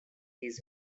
his